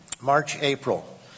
March-April